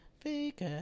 Fake